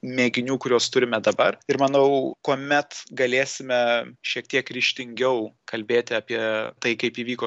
mėginių kuriuos turime dabar ir manau kuomet galėsime šiek tiek ryžtingiau kalbėti apie tai kaip įvyko